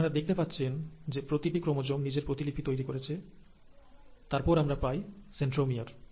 আপনারা দেখতে পাচ্ছেন যে প্রতিটি ক্রোমোজোম নিজের প্রতিলিপি তৈরি করেছে তারপর আমরা পাই সেন্ট্রোমিয়ার